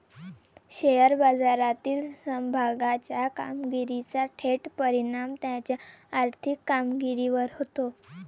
share बाजारातील समभागाच्या कामगिरीचा थेट परिणाम त्याच्या आर्थिक कामगिरीवर होतो